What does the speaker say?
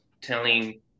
telling